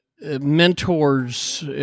mentors